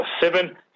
seven